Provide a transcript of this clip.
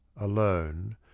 alone